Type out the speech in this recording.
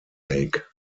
lake